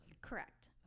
Correct